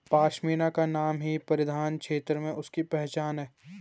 पशमीना का नाम ही परिधान क्षेत्र में उसकी पहचान है